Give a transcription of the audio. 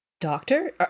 Doctor